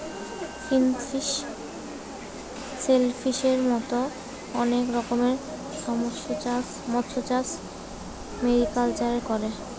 finfish, শেলফিসের মত অনেক রকমের মৎস্যচাষ মেরিকালচারে করে